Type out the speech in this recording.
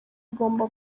igomba